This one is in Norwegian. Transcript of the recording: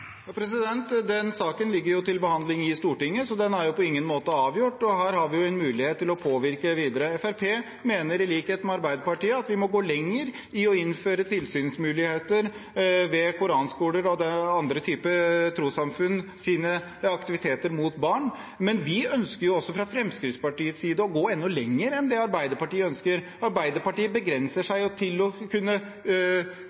Den saken ligger til behandling i Stortinget, så den er på ingen måte avgjort. Her har vi en mulighet til å påvirke videre. Fremskrittspartiet mener i likhet med Arbeiderpartiet at vi må gå lenger i å innføre tilsynsmuligheter ved koranskoler og andre typer trossamfunns aktiviteter for barn, men fra Fremskrittspartiets side ønsker vi å gå enda lenger enn det Arbeiderpartiet ønsker. Arbeiderpartiet begrenser